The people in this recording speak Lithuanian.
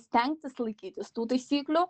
stengtis laikytis tų taisyklių